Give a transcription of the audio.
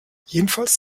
jedenfalls